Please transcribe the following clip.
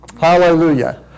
Hallelujah